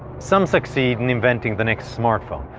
some succeed in inventing the next smart phone,